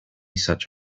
such